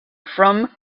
from